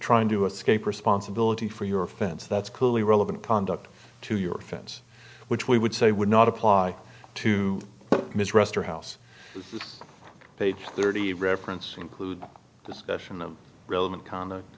trying to escape responsibility for your fence that's clearly relevant conduct to your fence which we would say would not apply to ms wrester house page thirty reference include discussion of relevant conduct